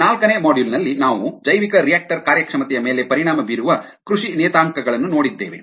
ನಾಲ್ಕನೇ ಮಾಡ್ಯೂಲ್ನಲ್ಲಿ ನಾವು ಜೈವಿಕರಿಯಾಕ್ಟರ್ ಕಾರ್ಯಕ್ಷಮತೆಯ ಮೇಲೆ ಪರಿಣಾಮ ಬೀರುವ ಕೃಷಿ ನಿಯತಾಂಕಗಳನ್ನು ನೋಡಿದ್ದೇವೆ